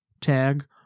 tag